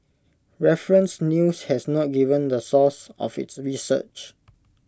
Reference news has not given the source of its research